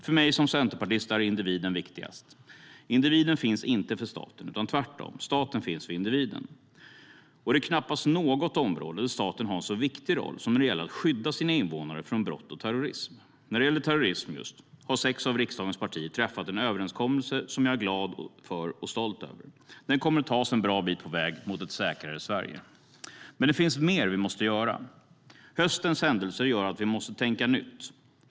För mig som centerpartist är individen viktigast. Individen finns inte för staten utan tvärtom. Staten finns för individen. Det är knappast något område där staten har en så viktig roll som när det gäller att skydda sina invånare från brott och terrorism. När det gäller terrorism har sex av riksdagens partier träffat en överenskommelse som jag är glad för och stolt över. Den kommer att ta oss en bra bit på väg mot ett säkrare Sverige. Men det finns mer vi måste göra. Höstens händelser gör att vi måste tänka nytt.